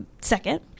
second